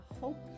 hope